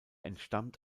entstammt